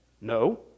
No